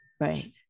right